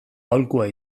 aholkua